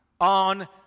on